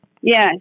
Yes